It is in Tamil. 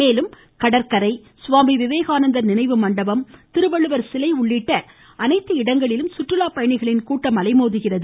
மேலும் கடற்கரை சுவாமி விவேகானந்தர் நினைவு மண்டபம் திருவள்ளுவர் சிலை உள்ளிட்ட இடங்களில் சுற்றுலாப்பயணிகளின் கூட்டம் அலைமோதுகிறது